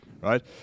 Right